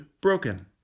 broken